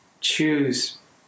choose